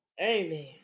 Amen